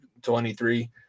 23